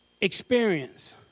experience